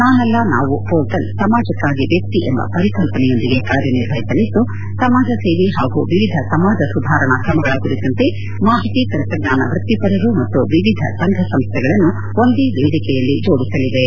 ನಾನಲ್ಲ ನಾವು ಮೋರ್ಟಲ್ ಸಮಾಜಕ್ಕಾಗಿ ವ್ಯಕ್ತಿ ಎಂಬ ಪರಿಕಲ್ಪನೆಯೊಂದಿಗೆ ಕಾರ್ಯನಿರ್ವಹಿಸಲಿದ್ದು ಸಮಾಜ ಸೇವೆ ಹಾಗೂ ವಿವಿಧ ಸಮಾಜ ಸುಧಾರಣಾ ಕ್ರಮಗಳ ಕುರಿತಂತೆ ಮಾಹಿತಿ ತಂತ್ರಜ್ಞಾನ ವೃತ್ತಿಪರರು ಮತ್ತು ವಿವಿಧ ಸಂಘ ಸಂಸ್ಥೆಗಳನ್ನು ಒಂದೇ ವೇದಿಕೆಯಲ್ಲಿ ಜೋಡಿಸಲಿವೆ